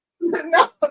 no